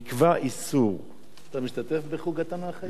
נקבע איסור, אתה משתתף בחוג התנ"ך היום?